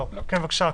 בבקשה.